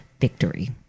victory